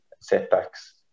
setbacks